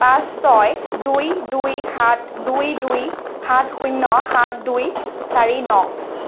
পাঁচ ছয় দুই দুই সাত দুই দুই সাত শূন্য সাত দুই চাৰি ন